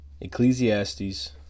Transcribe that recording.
Ecclesiastes